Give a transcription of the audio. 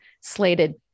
slated